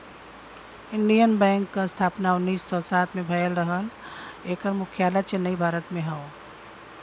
Indian Bank क स्थापना उन्नीस सौ सात में भयल रहल एकर मुख्यालय चेन्नई, भारत में हौ